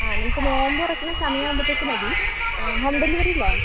ആ നമുക്ക് നോമ്പ് തുറക്കുന്ന സമയാമ്പത്തേക്ക് മതി ഹോം ഡെലിവറിയില്ലേ